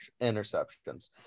interceptions